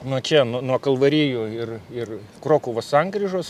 nuo čia nuo nuo kalvarijų ir ir krokuvos sankryžos